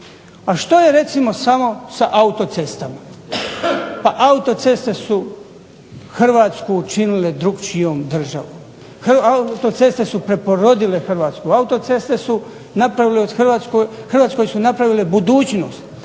A što je recimo samo sa autocestama? Pa autoceste su Hrvatsku učinile drukčijom državom. Autoceste su preporodile Hrvatsku, autoceste u Hrvatskoj su napravile budućnost,